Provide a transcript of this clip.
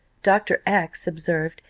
dr. x observed,